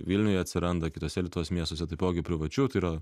vilniuj atsiranda kituose lietuvos miestuose taipogi privačių tai yra